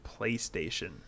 PlayStation